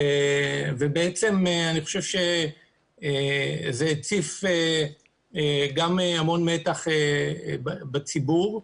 אני חושב שזה הציף גם המון מתח בציבור,